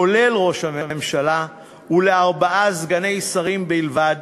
כולל ראש הממשלה, ואת מספר סגני שרים לארבעה בלבד,